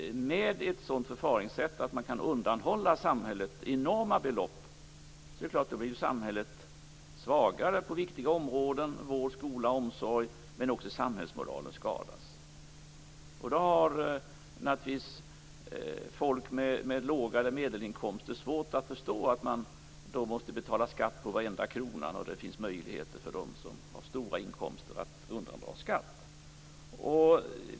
Med ett sådant förfaringssätt, dvs. att man kan undanhålla samhället enorma belopp, är det klart att samhället blir svagare på viktiga områden som vård, skola och omsorg, och även samhällsmoralen skadas. Då har naturligtvis folk med låga eller medelstora inkomster svårt att förstå att de måste betala skatt på varenda krona, när det finns möjligheter för dem som har stora inkomster att undandra skatt.